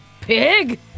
Pig